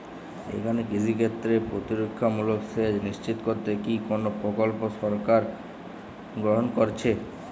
এখানে কৃষিক্ষেত্রে প্রতিরক্ষামূলক সেচ নিশ্চিত করতে কি কোনো প্রকল্প সরকার গ্রহন করেছে?